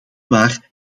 waar